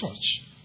church